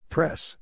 Press